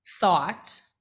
thought